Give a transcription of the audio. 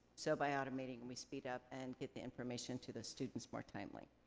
so by automating, we speed up and get the information to the students more timely.